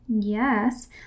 yes